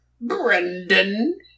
Brendan